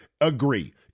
agree